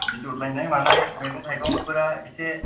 बिदर लायनाय मानाय मैगं थायगंफोरा एसे